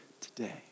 today